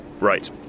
Right